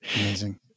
Amazing